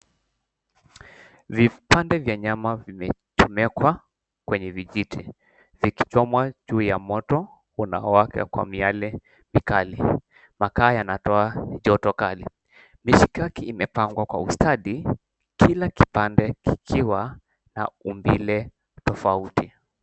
Vipande vya nyama vimewekwa ka vijiti vikichomwa juu ya moto unaowaka kwa miale mikali makaa yatoa joto kali mshkaki imepangwa kwa ustadi kila kipande kikiwa na umbile tofauti.